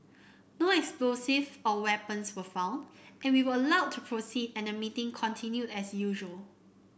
no explosive or weapons were found and we were allowed to proceed and the meeting continued as usual